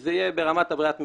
שזה יהיה ברמת ברירת המחדל,